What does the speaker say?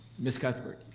ms. cuthbert?